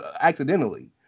accidentally